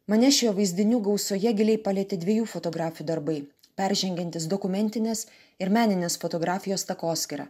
mane šioje vaizdinių gausoje giliai palietė dviejų fotografių darbai peržengiantys dokumentinės ir meninės fotografijos takoskyrą